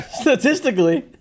statistically